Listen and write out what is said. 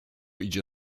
idzie